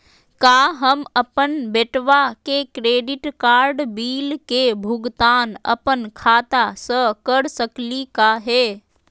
का हम अपन बेटवा के क्रेडिट कार्ड बिल के भुगतान अपन खाता स कर सकली का हे?